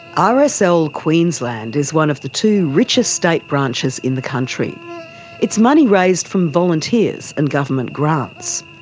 ah rsl queensland is one of the two richest state branches in the country it's money raised from volunteers and government grants.